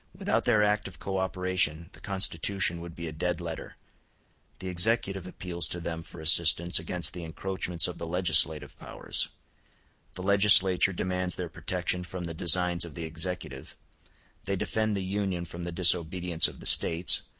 without their active co-operation the constitution would be a dead letter the executive appeals to them for assistance against the encroachments of the legislative powers the legislature demands their protection from the designs of the executive they defend the union from the disobedience of the states,